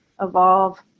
evolve